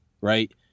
right